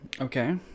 Okay